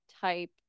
type